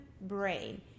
brain